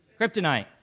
Kryptonite